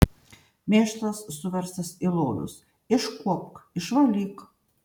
mėšlas suverstas į lovius iškuopk išvalyk